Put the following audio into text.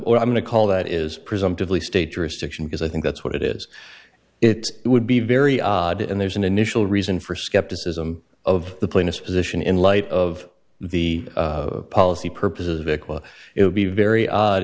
or i'm going to call that is presumptively state jurisdiction because i think that's what it is it would be very odd and there's an initial reason for skepticism of the plaintiff's position in light of the policy purposes because it would be very odd